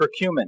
curcumin